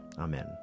Amen